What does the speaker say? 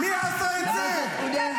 לא ניתן לך לדבר ככה.